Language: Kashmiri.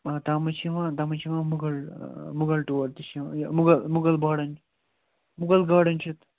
آ تتھ مَنٛز چھِ یِوان تتھ مَنٛز چھِ یِوان مُغَل آ مُغَل ٹوٗر تہِ چھُ یِوان مُغَل مُغَل باڑن مُغَل گارڑَن چھِ تہٕ